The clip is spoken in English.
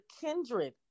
kindred